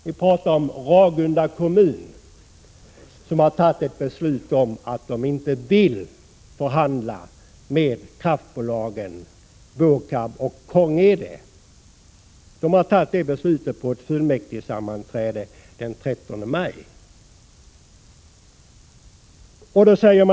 Vi har tagit ett beslut angående Ragunda kommun, som har uttalat att man inte vill förhandla med kraftbolagen BÅKAB och Krångede. Kommunen har gjort sitt ställningstagande på ett fullmäktigesammanträde den 13 maj i år.